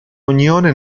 unione